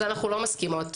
אז אנחנו לא מסכימות.